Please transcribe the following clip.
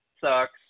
sucks